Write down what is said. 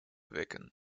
wecken